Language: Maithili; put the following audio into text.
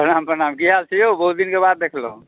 प्रणाम प्रणाम की हाल छै यौ बहुत दिनक बाद देखलहुँ